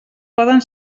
poden